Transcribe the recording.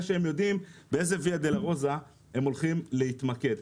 שהם יודעים באיזה ויה דולורוזה הם הולכים להתמודד.